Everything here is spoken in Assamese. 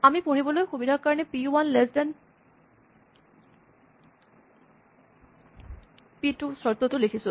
আমি পঢ়িবলৈ সুবিধাৰ কাৰণে P one less than P two চৰ্তটো লিখিছোঁ